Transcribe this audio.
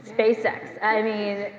spacex, i mean,